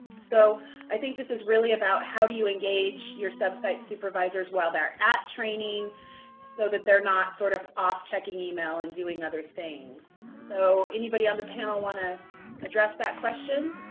so i think this is really about how do you engage your sub-site supervisors while they're at training so that they're not sort of off checking email and doing other things. so anybody on the panel want to address that question?